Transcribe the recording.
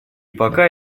пока